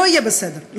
לא יהיה בסדר.